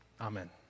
Amen